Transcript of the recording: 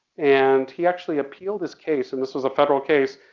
and he actually appealed his case, and this was a federal case,